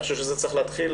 אני חושב שזה צריך להתחיל,